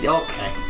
okay